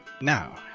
Now